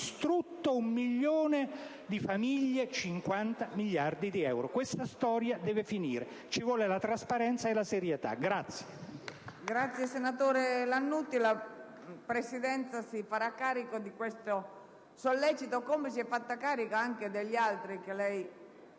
distrutto un milione di famiglie e 50 miliardi di euro. Questa storia deve finire. Serve trasparenza e serietà.